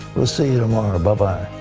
we'll see you tomorrow. bye-bye.